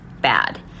bad